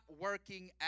working